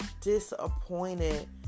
disappointed